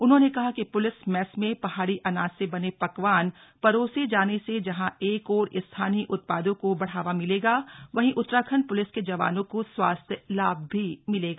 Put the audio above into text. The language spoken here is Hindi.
उन्होंने कहा कि प्लिस मेस में पहाड़ी अनाज से बने पकवान परोसे जाने से जहां एक ओर स्थानीय उत्पादों को बढ़ावा मिलेगा वहीं उत्तराखण्ड प्लिस के जवानों को स्वास्थ्य लाभ भी मिलेगा